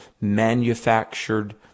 manufactured